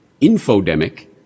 infodemic